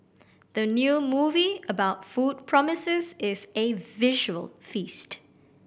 the new movie about food promises as a visual feast